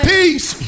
Peace